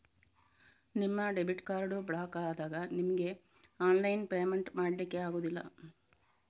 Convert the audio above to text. ನಿಮ್ಮ debit card block ಆದಾಗ ನಿಮಿಗೆ ಆನ್ಲೈನ್ ಪೇಮೆಂಟ್ ಮಾಡ್ಲಿಕ್ಕೆ ಆಗುದಿಲ್ಲ